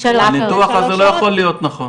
הניתוח הזה לא יכול להיות נכון.